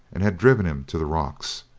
and had driven him to the rocks.